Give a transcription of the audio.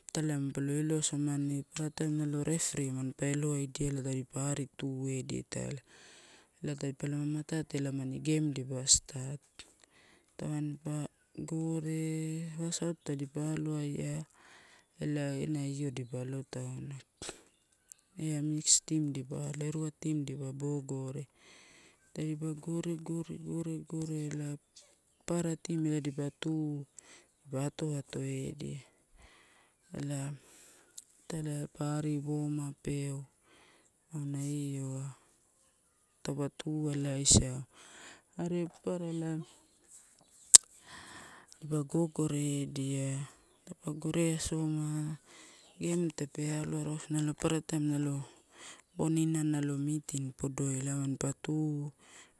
Italai manpa lo eloisamani. Papara taim nalo refree manpa elo waidia ela tadipa aru tuedia italai. Ela tadipalama matate ela amani game dipa start. Tamanipa gore, wasout tamanipa aloaia ele ena io dipa alo tauna eia mix team, erua team dipa bo gore, tadipa gore, gore, gore, gore ela papara team dipa tu dipa ato atoedia ela italai pa ari wamup eu, auna ioai taupa tualaisau. Are papara ela dipa gogoredia tadipa gore asoma game tape aloa rausu nalo papara taim nalo boninai meeting poeloi ela manpa tu,